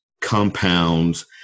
compounds